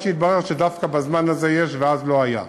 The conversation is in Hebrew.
עד שהתברר שדווקא בזמן הזה יש ואז לא היה.